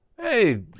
hey